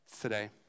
today